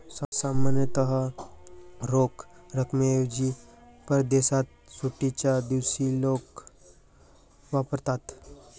सामान्यतः रोख रकमेऐवजी परदेशात सुट्टीच्या दिवशी लोक वापरतात